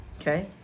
okay